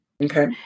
Okay